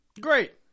Great